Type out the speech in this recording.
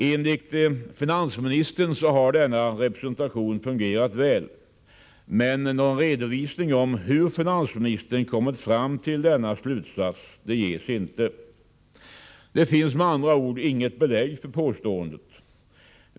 Enligt finansministern har denna representation fungerat väl, men någon redovisning av hur finansministern kommit fram till denna slutsats ges inte. Det finns med andra ord inget belägg för påståendet.